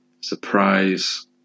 surprise